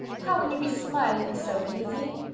how can you be smiling so, lizzy?